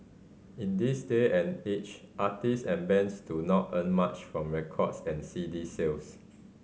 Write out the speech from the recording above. in this day and age artist and bands do not earn much from record and C D sales